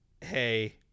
hey